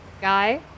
Guy